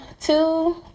two